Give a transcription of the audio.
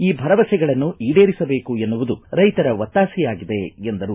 ಈ ಭರವಸೆಗಳನ್ನು ಈಡೇರಿಸಬೇಕು ಎನ್ನುವುದು ರೈತರ ಒತ್ತಾಸೆಯಾಗಿದೆ ಎಂದರು